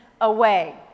away